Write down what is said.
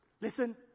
Listen